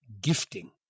gifting